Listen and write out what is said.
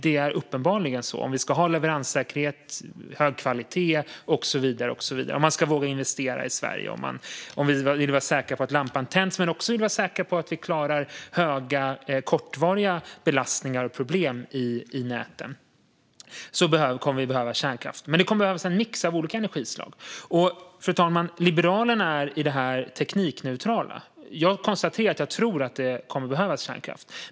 Det är uppenbarligen så att om vi ska ha leveranssäkerhet och hög kvalitet, om man ska våga investera i Sverige och om vi vill vara säkra på att lampan tänds men också vara säkra på att vi klarar höga, kortvariga belastningar och problem i näten kommer vi att behöva kärnkraft. Men det kommer att behövas en mix av olika energislag. Fru talman! Liberalerna är i det här sammanhanget teknikneutrala. Jag tror att det kommer att behövas kärnkraft.